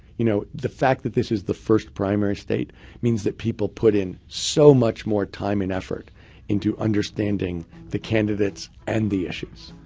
you know the fact that this is the first primary state means that people put in so much more time and effort into understanding the candidates and the issues.